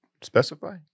specify